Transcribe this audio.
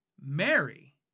Mary